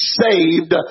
saved